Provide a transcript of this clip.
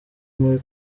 muri